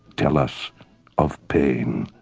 tell us of pain.